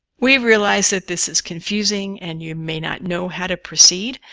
we realize that this is confusing and you may not know how to proceed,